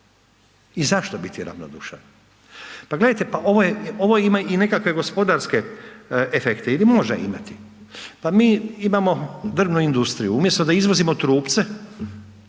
i zašto biti ravnodušan? Pa gledajte, ovo ima i nekakve gospodarske efekte ili može imati. Pa mi imamo drvnu industriju, umjesto da izvozimo trupce,